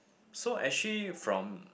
so actually from